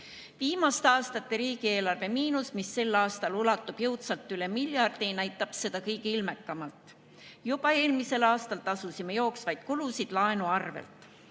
Viimaste aastate riigieelarve miinus, mis sel aastal ulatub jõudsalt üle miljardi, näitab seda kõige ilmekamalt. Juba eelmisel aastal tasusime jooksvaid kulusid laenu arvel.